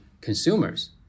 consumers